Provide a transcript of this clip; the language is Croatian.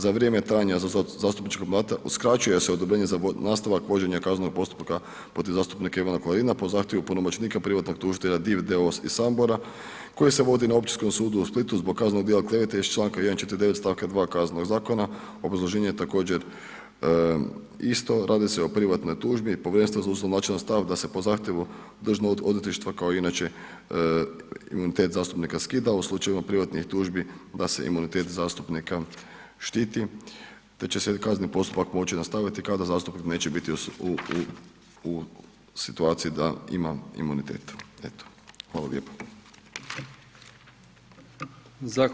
Za vrijeme trajanja zastupničkog mandata uskraćuje se odobrenje za nastavak vođenja kaznenog postupka protiv zastupnika Ivana Klarina po zahtjevu punomoćnika privatnog tužitelja Div d.o.o. iz Samobora koji se vodi na Općinskom sudu u Splitu zbog kaznenog djela klevete iz članka 149. stavka 2. Kaznenog zakona, obrazloženje je također isto, radi se o privatnoj tužbi, povjerenstvo je ... stav da se po zahtjevu Državnog odvjetništva kao inače imunitet zastupnika skida a u slučaju privatnih tužbi da se imunitete zastupnika štiti te će se kazneni postupak moći nastaviti kada zastupnik neće biti u situaciji da ima imunitet, eto, hvala lijepo.